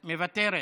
מוותרת.